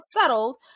settled